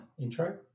intro